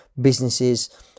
businesses